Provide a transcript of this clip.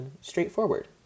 straightforward